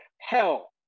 hell